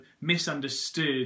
misunderstood